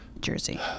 Jersey